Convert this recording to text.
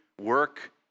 work